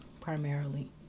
primarily